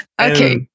Okay